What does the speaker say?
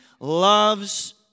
Loves